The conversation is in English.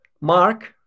Mark